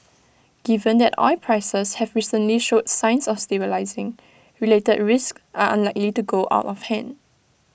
given that oil prices have recently showed signs of stabilising related risks are unlikely to go out of hand